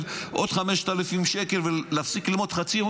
עוד 5,000 שקל ולהפסיק ללמוד חצי יום,